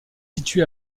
situé